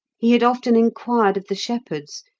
he had often inquired of the shepherds,